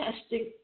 testing